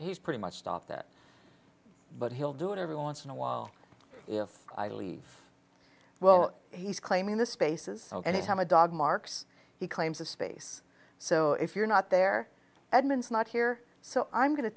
he's pretty much stopped that but he'll do it every once in a while if i believe well he's claiming the spaces anytime a dog marks he claims of space so if you're not there edmunds not here so i'm going to